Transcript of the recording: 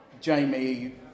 Jamie